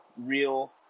real